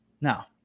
Now